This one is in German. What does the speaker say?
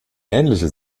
ähnliche